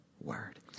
word